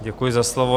Děkuji za slovo.